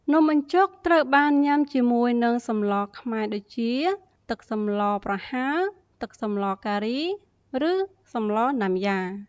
នំបញ្ចុកត្រូវបានញ៉ាំជាមួយទឹកសម្លរខ្មែរដូចជា ទឹកសម្លរប្រហើរ ទឹកសម្លរការី ឬសម្លរណាំយ៉ា។